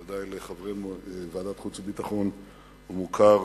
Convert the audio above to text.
ודאי לחברי ועדת החוץ והביטחון הוא מוכר